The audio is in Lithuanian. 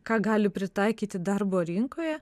ką gali pritaikyti darbo rinkoje